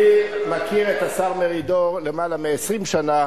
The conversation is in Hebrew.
אני מכיר את השר מרידור למעלה מ-20 שנה.